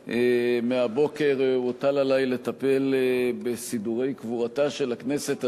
מהבוקר הוטל עלי לטפל בסידורי קבורתה של הכנסת הזאת,